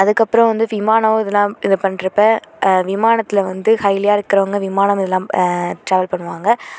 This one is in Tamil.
அதுக்கப்புறம் வந்து விமானம் இதலாம் இது பண்ணுறப்ப விமானத்தில் வந்து ஹைலியாக இருக்கிறவங்க விமானம் இதில் ட்ராவல் பண்ணுவாங்க